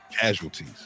casualties